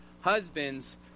husbands